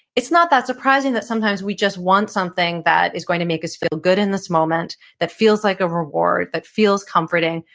it's not that surprising that sometimes we just want something that is going to make us feel good in this moment. that feels like a reward. that feels comforting.